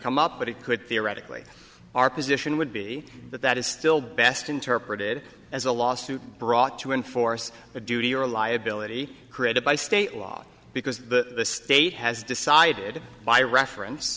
come up but it could theoretically our position would be that that is still best interpreted as a lawsuit brought to enforce a duty or a liability created by state law because the state has decided by reference